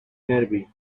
nearby